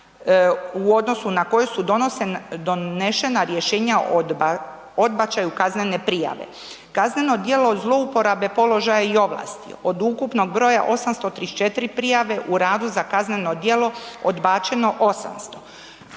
u odnosu na koje su donešena rješenja o odbačaju kaznene prijave. Kazneno djelo zlouporabe položaja i ovlasti, od ukupnog broja 834 prijave, u radu za kazneno djelo odbačeno 800.